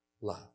love